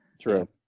True